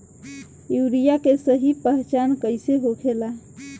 Urea के सही पहचान कईसे होखेला?